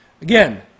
Again